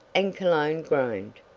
and cologne groaned.